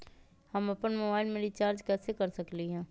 हम अपन मोबाइल में रिचार्ज कैसे कर सकली ह?